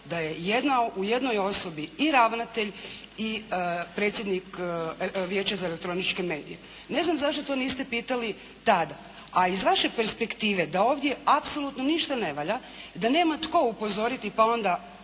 da je u jednoj osobi i ravnatelj i predsjednik Vijeća za elektroničke medije. Ne znam zašto to niste pitali tada. A iz vaše perspektive da ovdje apsolutno ništa ne valja, da nema tko upozoriti pa onda